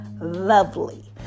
lovely